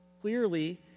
clearly